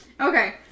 Okay